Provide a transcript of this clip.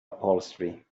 upholstery